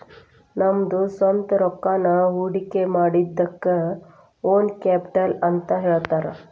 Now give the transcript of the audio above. ನಮ್ದ ಸ್ವಂತ್ ರೊಕ್ಕಾನ ಹೊಡ್ಕಿಮಾಡಿದಕ್ಕ ಓನ್ ಕ್ಯಾಪಿಟಲ್ ಅಂತ್ ಹೇಳ್ತಾರ